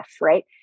right